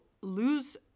lose